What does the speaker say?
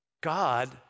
God